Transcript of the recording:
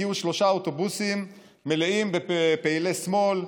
הגיעו שלושה אוטובוסים מלאים בפעילי שמאל,